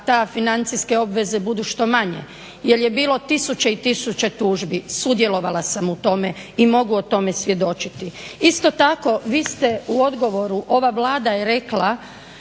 financijske obveze budu što manje jer je bilo tisuće i tisuće tužbi. Sudjelovala sam u tome i mogu o tome svjedočiti. Isto tako, vi ste u odgovoru ova Vlada je rekla